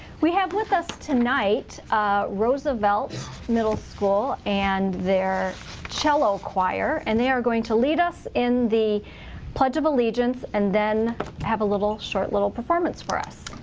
we have with us tonight roosevelt middle school and their cello choir and they are going to lead us in the pledge of allegiance and then have a short, little performance for us.